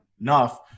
enough